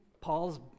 Paul's